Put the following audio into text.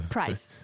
Price